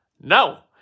No